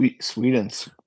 Sweden's